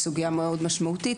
סוגיה מאוד משמעותית,